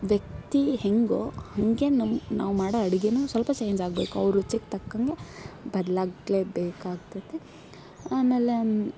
ವ್ಯಕ್ತಿ ಹೇಗೋ ಹಾಗೆ ನಮ್ಮ ನಾವು ಮಾಡೋ ಅಡುಗೆನೂ ಸ್ವಲ್ಪ ಚೇಂಜ್ ಆಗ್ಬೇಕು ಅವ್ರು ರುಚಿಗೆ ತಕ್ಕಂತೆ ಬದಲಾಗ್ಲೇ ಬೇಕಾಗ್ತದೆ ಆಮೇಲೆ